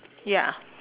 ya